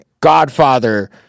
Godfather